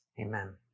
Amen